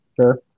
Sure